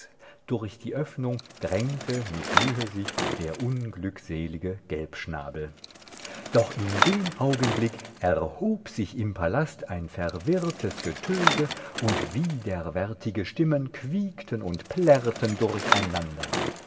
durch die öffnung drängte mit mühe sich der unglückselige gelbschnabel doch in dem augenblick erhob sich im palast ein verwirrtes getöse und widerwärtige stimmen quiekten und plärrten durcheinander